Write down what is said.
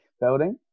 building